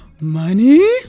money